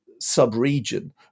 sub-region